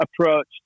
approach